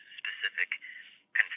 specific